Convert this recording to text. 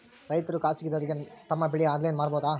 ರೈತರು ಖಾಸಗಿದವರಗೆ ತಮ್ಮ ಬೆಳಿ ಆನ್ಲೈನ್ ಮಾರಬಹುದು?